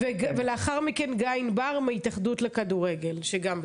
לאחר מכן גיא ענבר מהתאחדות לכדורגל שגם ביקש.